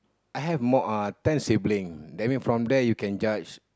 I have more uh ten sibling that mean from there you can judge